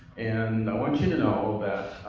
and i want you to know